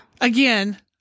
Again